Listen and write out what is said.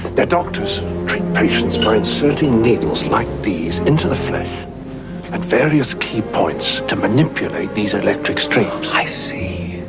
their doctors treat patients by inserting needles like these into the flesh at various key points to manipulate these electric streams. i see.